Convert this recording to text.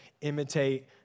imitate